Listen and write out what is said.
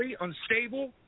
unstable